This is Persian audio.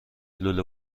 لوله